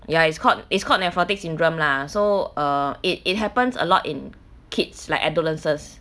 ya it's called it's called nephrotic syndrome lah so err it it happens a lot in kids like adolescents